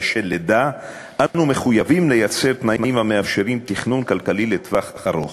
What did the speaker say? בשל לידה אנו מחויבים לייצר תנאים המאפשרים תכנון כלכלי לטווח ארוך.